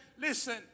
listen